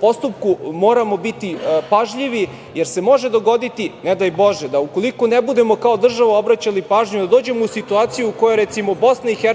postupku moramo biti pažljivi jer se može dogoditi, ne daj Bože, da ukoliko ne budemo kao država obraćali pažnju, da dođemo u situaciju u kojoj je, recimo, BiH